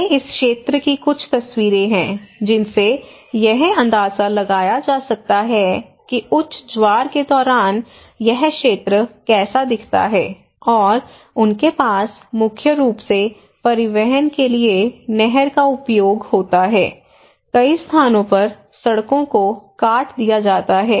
ये इस क्षेत्र की कुछ तस्वीरें हैं जिनसे यह अंदाजा लगाया जा सकता है कि उच्च ज्वार के दौरान यह क्षेत्र कैसा दिखता है और उनके पास मुख्य रूप से परिवहन के लिए नहर का उपयोग होता है कई स्थानों पर सड़कों को काट दिया जाता है